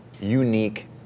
unique